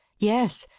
yes,